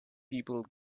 people